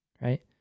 right